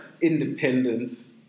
independence